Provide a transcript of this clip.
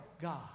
God